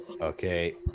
Okay